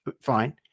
Fine